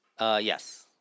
Yes